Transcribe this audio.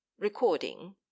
Recording